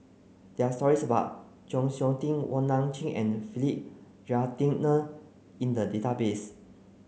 there are stories about Chng Seok Tin Wong Nai Chin and Philip Jeyaretnam in the database